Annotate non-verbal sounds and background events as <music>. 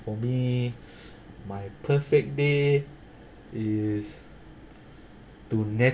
for me <breath> my perfect day is to